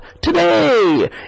today